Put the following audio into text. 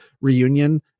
reunion